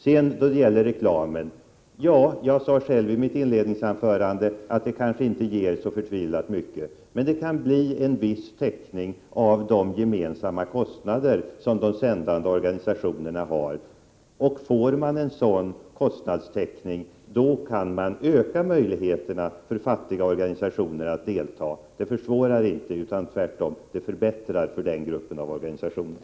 Då det gäller reklamen sade jag själv i mitt inledningsanförande att reklam kanske inte ger särskilt mycket, men det kan bli en viss täckning av de gemensamma kostnader som de sändande organisationerna har. Får man en sådan kostnadstäckning kan man öka möjligheterna för fattiga organisationer att delta. Det försvårar inte utan tvärtom förbättrar för den gruppen organisationer.